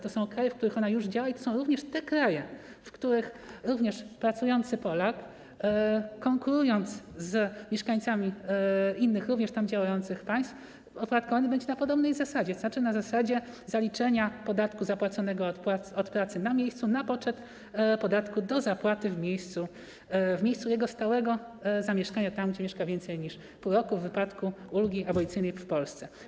To są kraje, w których ona już działa, i to są również te kraje, w których pracujący Polak, konkurując z mieszkańcami innych również tam działających państw, opodatkowany będzie na podobnej zasadzie, tzn. na zasadzie zaliczenia podatku zapłaconego od pracy na miejscu na poczet podatku do zapłaty w miejscu jego stałego zamieszkania, tam gdzie mieszka więcej niż pół roku - w wypadku ulgi abolicyjnej w Polsce.